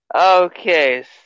Okay